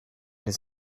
les